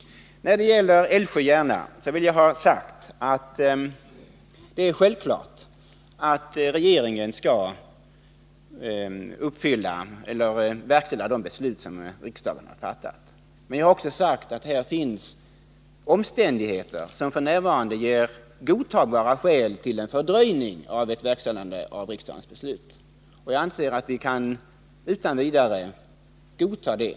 När det gäller dubbelspår på sträckan Älvsjö-Järna vill jag ha sagt att det är självklart att regeringen skall verkställa de beslut som riksdagen har fattat. Men jag har också sagt att här finns omständigheter som f. n. ger godtagbara skäl för en fördröjning av ett verkställande av riksdagens beslut. Jag anser att vi utan vidare kan godta det.